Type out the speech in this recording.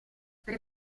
per